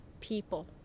people